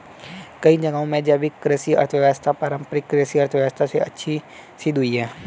कई जगहों में जैविक कृषि अर्थव्यवस्था पारम्परिक कृषि अर्थव्यवस्था से अच्छी सिद्ध हुई है